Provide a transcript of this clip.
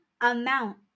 amount